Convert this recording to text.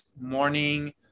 morning